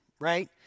right